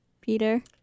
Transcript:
Peter